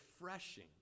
refreshing